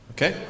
Okay